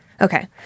Okay